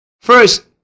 First